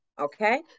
Okay